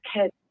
kids